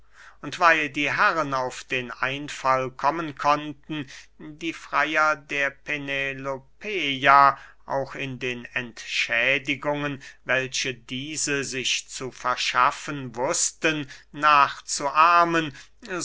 und weil die herren auf den einfall kommen konnten die freyer der penelopeia auch in den entschädigungen welche diese sich zu verschaffen wußten nachzuahmen